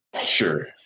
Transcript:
sure